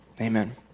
Amen